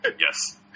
yes